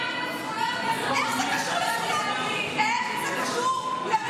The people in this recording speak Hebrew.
ומי ידאג לזכויות, איך זה קשור לזכויות?